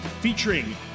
featuring